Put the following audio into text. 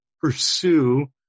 pursue